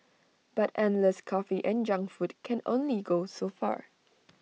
but endless coffee and junk food can only go so far